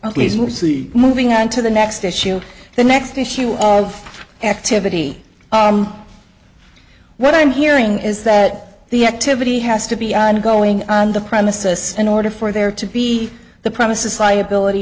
move moving on to the next issue the next issue of activity what i'm hearing is that the activity has to be ongoing on the premises in order for there to be the premises liability